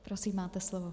Prosím, máte slovo.